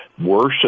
worship